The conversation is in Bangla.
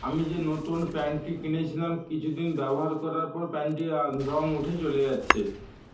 আমি যে নতুন প্যান্টটি কিনেছিলাম কিছুদিন ব্যবহার করার পর প্যান্টটির রং উঠে চলে যাচ্ছে